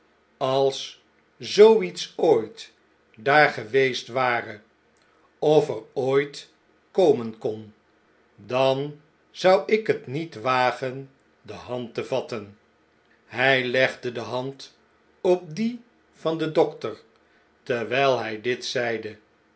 als zoo iets ooit daar geweest ware of er ooit komen kon dan zou ik het niet wagen de hand te vatten hij legde de hand op die van den dokter terwijl hij dit zeide